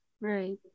Right